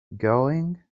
going